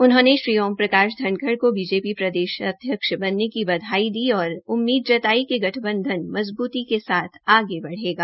उन्होंने श्री ओम प्रकाश धनखड़ को बीजेपी प्रदेशाध्यक्ष बनने की बधाई दी और उम्मीद जताई गठबंधन मज़बूती के साथ आगे बढ़ेगा